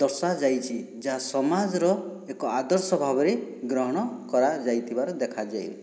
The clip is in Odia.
ଦର୍ଶାଯାଇଛି ଯାହା ସମାଜର ଏକ ଆଦର୍ଶ ଭାବରେ ଗ୍ରହଣ କରାଯାଇଥିବାର ଦେଖାଯାଏ